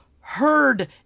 heard